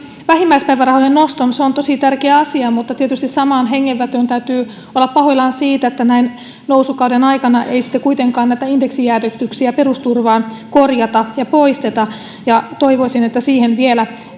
vähimmäispäivärahojen noston se on tosi tärkeä asia mutta tietysti samaan hengenvetoon täytyy olla pahoillaan siitä että näin nousukauden aikana ei sitten kuitenkaan perusturvan indeksijäädytyksiä korjata ja poisteta toivoisin että siihen vielä